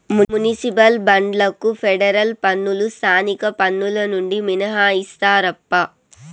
municipal బాండ్లకు federal పన్నులు స్థానిక పన్నులు నుండి మినహాయిస్తారప్పా